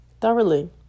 thoroughly